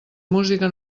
música